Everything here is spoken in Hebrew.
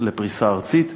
לפריסה ארצית.